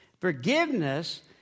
Forgiveness